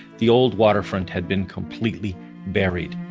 the old waterfront had been completely buried.